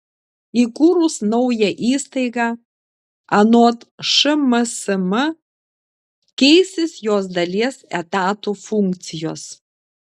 įkūrus naują įstaigą anot šmsm keisis jos dalies etatų funkcijos